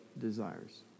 desires